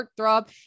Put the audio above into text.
heartthrob